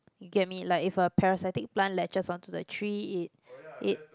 you get me like if a parasitic plant latches onto the tree it it